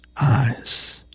Eyes